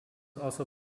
also